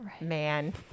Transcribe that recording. man